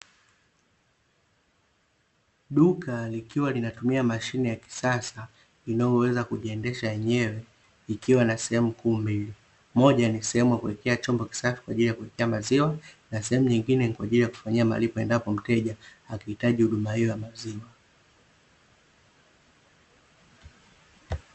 Duka likiwa linatumia mashine ya kisasa inayoweza kujiendesha yenyewe likiwa na sehemu kuu mbili, moja nisehemu yakuwekea chombo kisafi kwa ajili ya kuwekea maziwa na sehemu nyingine kwa ajili ya kufanyia malipo ambapo mteja akihitaji huduma hiyo ya maziwa.